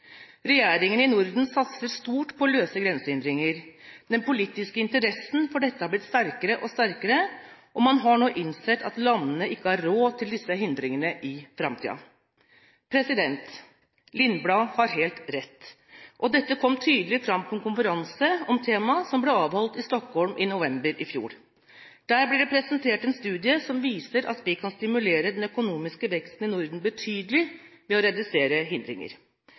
i Norden satser stort på å løse grensehindringer. Den politiske interessen for dette har blitt sterkere og sterkere, og man har nå innsett at landene ikke har råd til disse hindringene i framtiden. Lindblad har helt rett, og dette kom tydelig fram på en konferanse om temaet som ble avholdt i Stockholm i november i fjor. Der ble det presentert en studie som viser at vi kan stimulere den økonomiske veksten i Norden betydelig ved å redusere hindringer.